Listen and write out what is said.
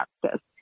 practice